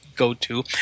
go-to